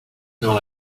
dans